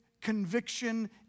conviction